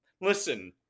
listen